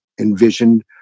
envisioned